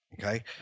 Okay